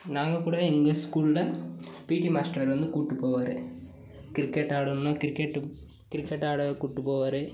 நாங்கள் கூடவே இங்கே ஸ்கூலில் பீட்டி மாஸ்ட்ரை வந்து கூட்டு போவார் கிரிக்கெட் ஆடணும்னா கிரிக்கெட்டு கிரிக்கெட் ஆட கூபிட்டு போவார்